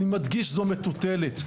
אני מדגיש, זו מטוטלת.